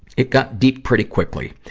it got deep pretty quickly.